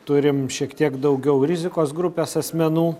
turim šiek tiek daugiau rizikos grupės asmenų